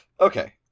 Okay